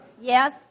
Yes